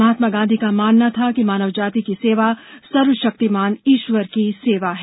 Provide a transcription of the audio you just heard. महात्मा गांधी का मानना था कि मानव जाति की सेवा सर्वशक्तिमान ईश्वर की सेवा है